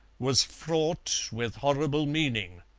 was fraught with horrible meaning.